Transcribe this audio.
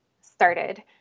started